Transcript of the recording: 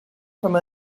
from